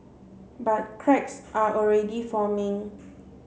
but cracks are already forming